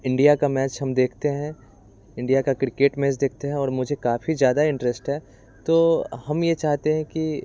India का match हम देखते हैं इंडिया का क्रिकेट मैच देखते हैं और मुझे काफ़ी ज़्यादा इंटरेस्ट है तो हम यह चाहते हैं कि